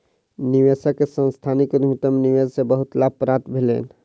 निवेशक के सांस्थानिक उद्यमिता में निवेश से बहुत लाभ प्राप्त भेलैन